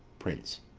prince.